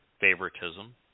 favoritism